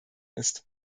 ist